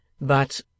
But